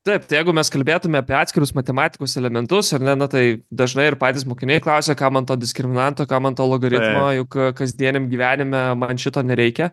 taip tai jeigu mes kalbėtume apie atskirus matematikos elementus ar ne nu tai dažnai ir patys mokiniai klausia kam man to diskriminanto kam man to logaritmo juk kasdieniam gyvenime man šito nereikia